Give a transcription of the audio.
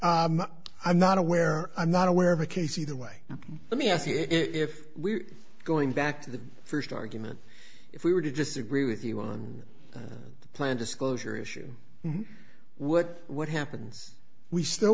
this i'm not aware i'm not aware of a case either way let me ask you if we're going back to the first argument if we were to disagree with you on the plan disclosure issue what what happens we still